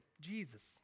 Jesus